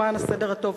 למען הסדר הטוב,